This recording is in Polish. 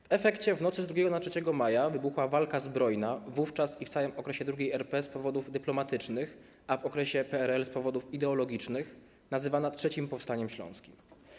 W efekcie w nocy z 2 na 3 maja wybuchła walka zbrojna wówczas i w całym okresie II RP - z powodów dyplomatycznych, a w okresie PRL - z powodów ideologicznych nazywana III powstaniem śląskim.